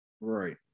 right